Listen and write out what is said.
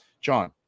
John